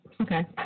Okay